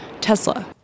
Tesla